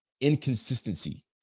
Inconsistency